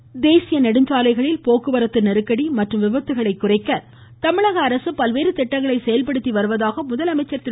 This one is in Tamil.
பழனிச்சாமி தேசிய நெடுஞ்சாலைகளில் போக்குவரத்து நெருக்கடி மற்றும் விபத்துகளை குறைக்க தமிழக அரசு பல்வேறு திட்டங்களை செயல்படுத்தி வருவதாக முதலமைச்சா் திரு